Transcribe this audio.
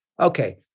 Okay